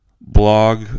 Blog